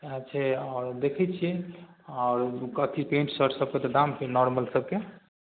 अच्छा आओर देखै छिए आओर कथी पैन्ट शर्ट सबके तऽ दाम छै नॉरमल सबके